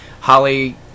Holly